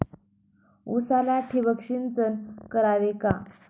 उसाला ठिबक सिंचन करावे का?